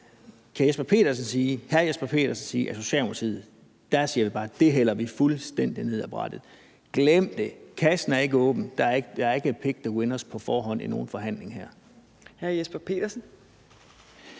hr. Jesper Petersen sige, at Socialdemokratiet bare siger: Det hælder vi fuldstændig ned ad brættet, glem det, kassen er ikke åben, der er ikke på forhånd et pick the winners i nogen forhandlinger